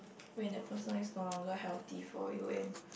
when the person is no longer healthy for you and